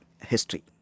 history